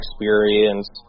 experience